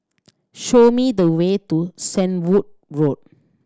show me the way to Shenvood Road